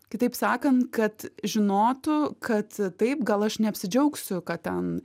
kitaip sakant kad žinotų kad taip gal aš neapsidžiaugsiu kad ten